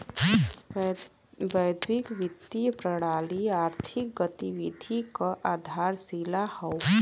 वैश्विक वित्तीय प्रणाली आर्थिक गतिविधि क आधारशिला हौ